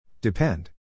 Depend